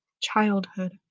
Childhood